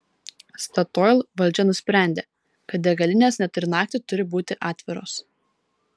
statoil valdžia nusprendė kad degalinės net ir naktį turi būti atviros